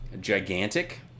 gigantic